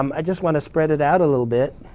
um i just want to spread it out a little bit.